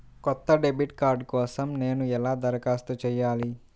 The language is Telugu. కొత్త డెబిట్ కార్డ్ కోసం నేను ఎలా దరఖాస్తు చేయాలి?